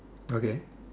okay